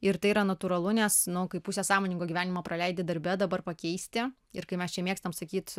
ir tai yra natūralu nes nu kai pusę sąmoningo gyvenimo praleidi darbe dabar pakeisti ir kai mes čia mėgstam sakyt